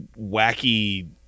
wacky